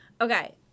Okay